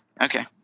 Okay